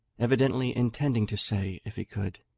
evidently intending to say, if he could,